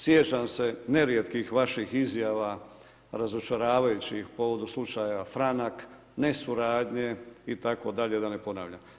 Sjećam se nerijetkih vaših izjava razočaravajućih u povodu slučaja Franak, nesuradnje itd., da ne ponavljam.